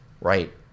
Right